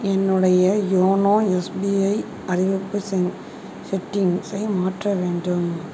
என்னுடைய YONO SBI அறிவிப்பு செ செட்டிங்ஸை மாற்ற வேண்டும்